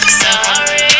sorry